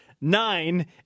nine